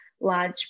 large